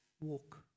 walk